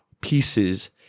pieces